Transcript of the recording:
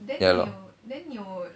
ya lor